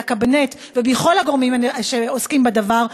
מהקבינט ומכל הגורמים העוסקים בדבר,